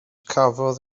cafodd